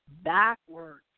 backwards